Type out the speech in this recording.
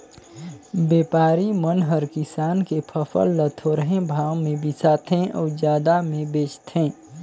बेपारी मन हर किसान के फसल ल थोरहें भाव मे बिसाथें अउ जादा मे बेचथें